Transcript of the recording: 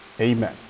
Amen